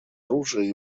оружия